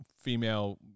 female